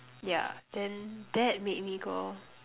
yeah then that made me go